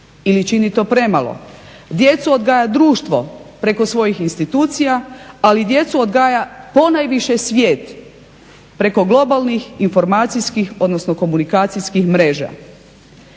ili čini to premalo. Djecu odgaja društvo preko svojih institucija, ali djecu odgaja ponajviše svijet preko globalnih, informacijskih odnosno komunikacijskih mreža.